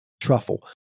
truffle